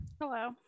Hello